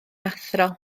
athro